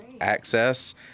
access